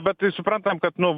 bet tai suprantam kad nu